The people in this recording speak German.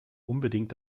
unbedingt